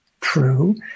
true